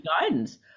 guidance